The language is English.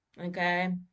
okay